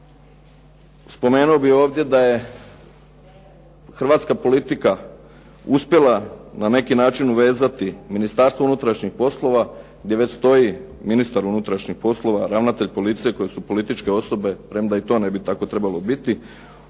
spomenuo bih ovdje da je hrvatska politika uspjela na neki način vezati Ministarstvo unutrašnjih poslova gdje već stoji ministar unutrašnjih poslova ravnatelj policije koji su političke osobe premda i to ne bi tako trebalo biti